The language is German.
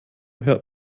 hört